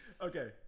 Okay